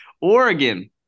Oregon